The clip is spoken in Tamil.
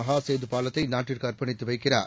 மகாசேதுபாலத்தைநாட்டுக்குஅர்ப்பணித்துவைக்கிறார்